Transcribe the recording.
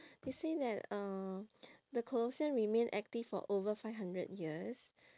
they say that uh the colosseum remain active for over five hundred years